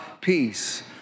peace